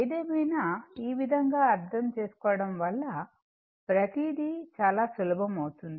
ఏదేమైనా ఈ విధంగా అర్థం చేసుకోవడం వల్ల ప్రతీది చాలా సులభం అవుతుంది